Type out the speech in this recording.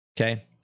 Okay